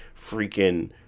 freaking